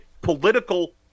political